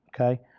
Okay